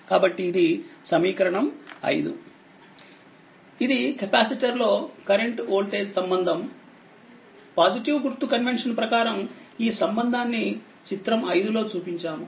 కాబట్టిఇది సమీకరణం5 ఇది కెపాసిటర్ లో కరెంట్ వోల్టేజ్ సంబంధం పాజిటివ్ గుర్తు కన్వెన్షన్ ప్రకారం ఈ సంబంధాన్ని చిత్రం 5 లో చూపించాము